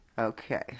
Okay